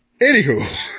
Anywho